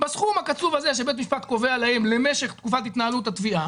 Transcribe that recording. בסכום הקצוב הזה שבית המשפט קובע להם למשך תקופת התנהלות התביעה,